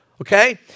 Okay